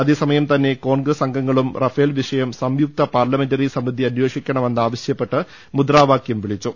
അതേസമയം തന്നെ കോൺഗ്രസ് അംഗങ്ങളും റഫേൽ വിഷയം സംയുക്ത പാർല്ലമെന്ററി സമിതി അന്വേഷിക്കണമെന്നാവശൃപ്പെട്ട് മുദ്രാവാകൃം വിളിച്ചു